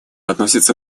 относится